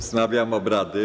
Wznawiam obrady.